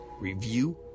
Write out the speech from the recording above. review